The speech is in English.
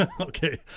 Okay